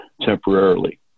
temporarily